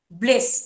bliss